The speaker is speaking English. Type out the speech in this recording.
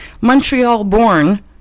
Montreal-born